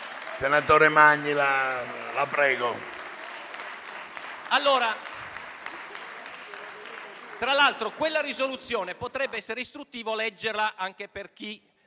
Senatore Magni, la prego.